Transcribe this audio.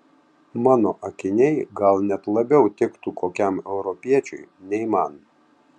mano akiniai gal net labiau tiktų kokiam europiečiui nei man